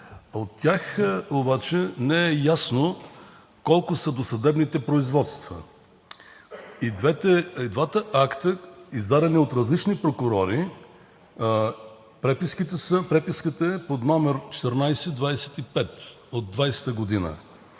От тях обаче не е ясно колко са досъдебните производства. И в двата акта, издадени от различни прокурори, преписката е под № 1425 от 2020 г.